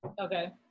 Okay